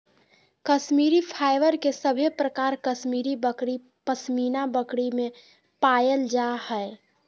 Kashmiri fibre के सभे प्रकार कश्मीरी बकरी, पश्मीना बकरी में पायल जा हय